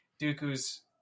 Dooku's